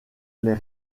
les